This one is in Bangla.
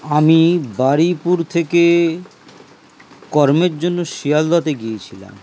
আমি বারুইপুর থেকে কর্মের জন্য শিয়ালদাতে গিয়েছিলাম